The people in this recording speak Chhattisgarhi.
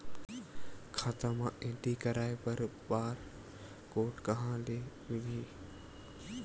खाता म एंट्री कराय बर बार कोड कहां ले मिलही?